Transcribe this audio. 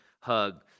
hug